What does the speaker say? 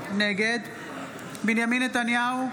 נגד בנימין נתניהו,